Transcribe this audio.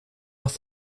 nach